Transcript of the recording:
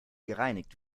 gereinigt